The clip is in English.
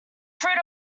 fruit